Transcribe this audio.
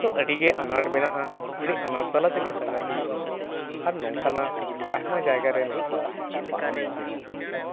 ᱫᱚ ᱟᱹᱰᱤ ᱜᱮ ᱟᱱᱟᱴ ᱢᱮᱱᱟᱜᱼᱟ ᱟᱹᱰᱤ ᱟᱱᱟᱴ ᱛᱟᱞᱟ ᱛᱮᱜᱮ ᱥᱟᱸᱜᱷᱟᱨ ᱦᱩᱭᱩᱜᱼᱟ ᱟᱨ ᱱᱚᱝᱠᱟᱱᱟᱜ ᱟᱭᱢᱟ ᱡᱟᱭᱜᱟ ᱨᱮ ᱱᱚᱝᱠᱟ ᱯᱟᱨᱚᱢ ᱱᱤᱡᱮ ᱦᱚᱸ ᱦᱩᱭᱟᱠᱟᱱᱟ